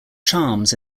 charms